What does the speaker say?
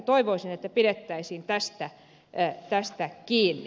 toivoisin että pidettäisiin tästä kiinni